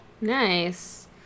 Nice